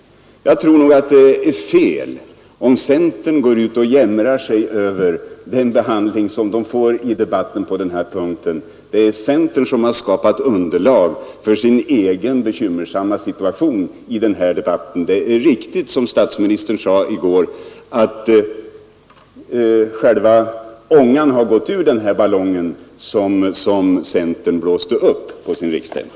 Jag tror att det är fel av centern att gå ut och jämra sig över den behandling man rönt i debatten på denna punkt. Det är centern som skapat underlag för sin egen bekymmersamma situation i den här debatten. Det är riktigt som statsministern sade i går att luften har gått ur den ballong som centern blåste upp på sin partistämma.